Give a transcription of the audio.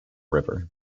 river